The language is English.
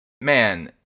man